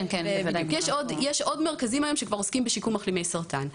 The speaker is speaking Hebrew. יש עוד מרכזים שעוסקים בשיקום מסרטן,